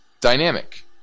dynamic